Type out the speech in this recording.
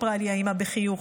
סיפרה לי האימא בחיוך,